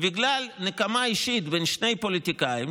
אז בגלל נקמה אישית בין שני פוליטיקאים,